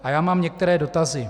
A já mám některé dotazy.